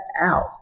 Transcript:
out